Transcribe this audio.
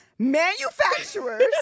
manufacturers